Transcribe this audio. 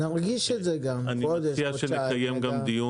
נרגיש את זה גם חודש, חודשיים נדע.